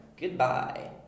Goodbye